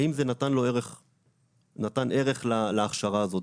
האם זה נתן ערך להכשרה הזאת?